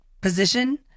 position